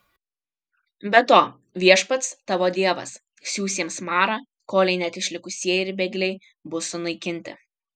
be to viešpats tavo dievas siųs jiems marą kolei net išlikusieji ir bėgliai bus sunaikinti